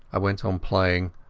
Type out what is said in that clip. i went on playing,